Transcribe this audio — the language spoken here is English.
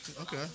Okay